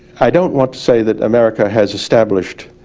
i don't want to say that america has established